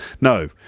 No